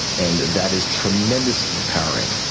and that is tremendously empowering.